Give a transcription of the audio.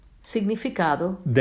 significado